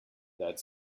that